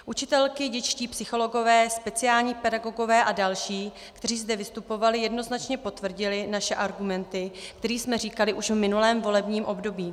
Učitelky, dětští psychologové, speciální pedagogové a další, kteří zde vystupovali, jednoznačně potvrdili naše argumenty, které jsme říkali už v minulém volebním období.